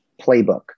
playbook